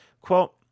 Quote